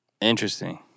Interesting